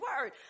word